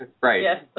Right